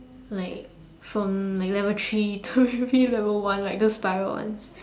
like from like level three to maybe level one like those spiral ones